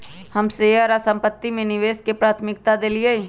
हम शेयर आऽ संपत्ति में निवेश के प्राथमिकता देलीयए